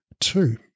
Two